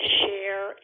share